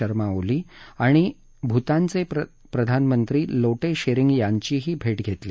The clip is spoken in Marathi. शर्मा ओली आणि भूतानचे प्रधानमंत्री लोो शेरिंग यांचीही भे घेतली